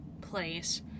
place